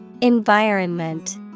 Environment